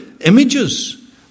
images